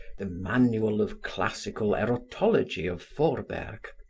the manual of classical erotology of forberg,